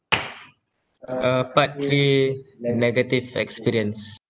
uh part three negative experience